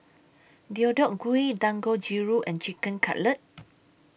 Deodeok Gui Dangojiru and Chicken Cutlet